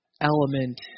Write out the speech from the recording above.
element